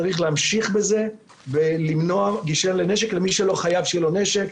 צריך להמשיך בזה ולמנוע גישה לנשק למי שלא חייב שיהיה לו נשק.